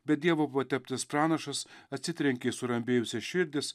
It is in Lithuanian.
bet dievo pateptas pranašas atsitrenkė į surambėjusias širdis